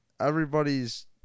Everybody's